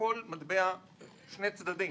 לכל מטבע שני צדדים.